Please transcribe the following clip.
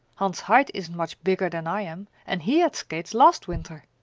hans hite isn't much bigger than i am, and he had skates last winter.